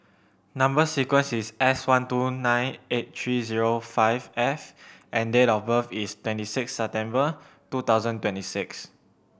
number sequence is S one two nine eight three zero five F and date of birth is twenty six September two thousand twenty six